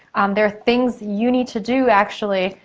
there are things you need to do, actually,